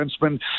defenseman